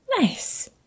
Nice